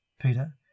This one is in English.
Peter